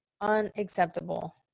unacceptable